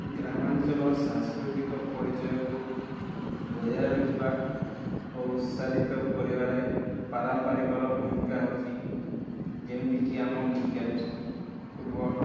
ଗ୍ରାମାଞ୍ଚଲ ସାଂସ୍କୃତିକ ପରିଚୟକୁ ବଜାୟ ରଖିବା ଓ ଉତ୍ସାହିତ କରିବାରେ ପାରାମ୍ପାରିକର ଭୂମିକା ହେଉଛି ଯେମିତିକି ଆମ କ୍ରିକେଟ୍ ଫୁଟବଲ୍